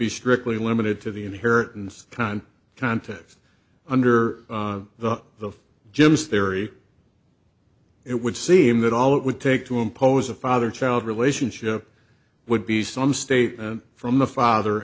be strictly limited to the inheritance kind contest under the gym's theory it would seem that all it would take to impose a father child relationship would be some statement from the father